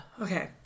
okay